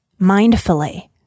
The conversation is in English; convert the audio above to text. mindfully